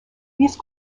these